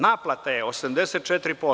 Naplata je 84%